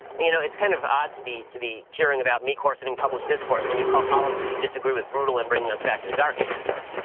you know it's kinda kind of odd to be to be hearing about me coarsening public discourse, when you call policies you disagree with brutal and bringing us back to the dark ages, sir.